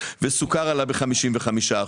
סוכר עלה ב-55%.